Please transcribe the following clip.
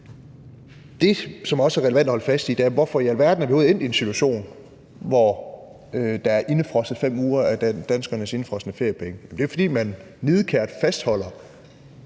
Det, som også er relevant at holde fast i, er, hvorfor i alverden vi overhovedet er endt i en situation, hvor der er indefrosset 5 uger af danskernes feriepenge. Det er, fordi man nidkært fastholder